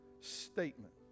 statement